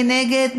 מי נגד?